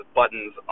buttons